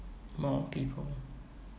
more people